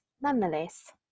Nonetheless